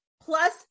plus